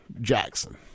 Jackson